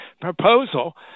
proposal